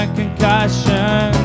concussion